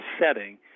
setting